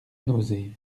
nausée